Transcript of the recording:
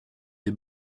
des